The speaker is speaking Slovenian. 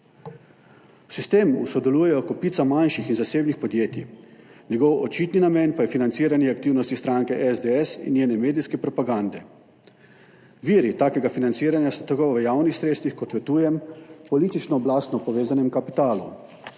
sistemu sodeluje kopica manjših in zasebnih podjetij, njegov očitni namen pa je financiranje aktivnosti stranke SDS in njene medijske propagande. Viri takega financiranja so tako v javnih sredstvih kot v tujem politično-oblastno povezanem kapitalu,